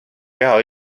keha